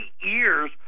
years